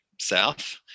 south